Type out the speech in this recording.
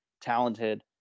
talented